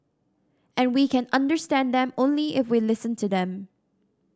and we can understand them only if we listen to them